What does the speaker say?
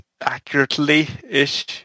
accurately-ish